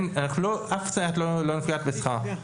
אף סייעת לא נפגעת בשכר.